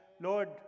Lord